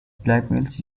blackmails